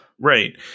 Right